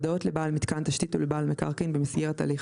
הודעות לבעל מיתקן תשתית ולבעל מקרקעין במסגרת הליך